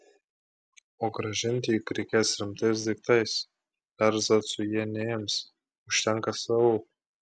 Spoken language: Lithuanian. o grąžinti juk reikės rimtais daiktais erzacų jie neims užtenka savų